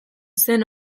zen